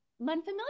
unfamiliar